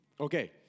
Okay